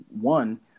one